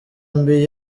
mbi